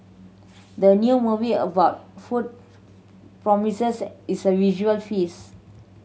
the new movie about food promises is a visual feast